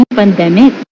pandemic